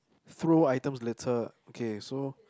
throw items litter okay so